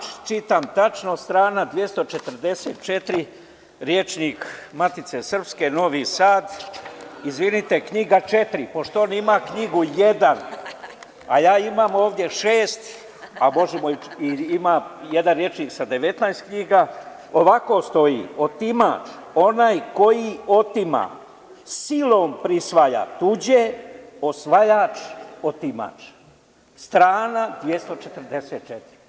Čitam tačno, strana 244 „Rječnik“ Matice srpske, Novi Sad, izvinite, knjiga četiri, pošto on ima knjigu jedan, a ja imam ovde šest, a možemo, ima i jedan rečnik sa 19 knjiga, ovako stoji: „Otimač – onaj koji otima, silom prisvaja tuđe, osvajač, otimač“, strana 244.